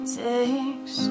takes